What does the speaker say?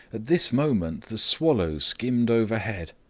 this moment the swallow skimmed overhead,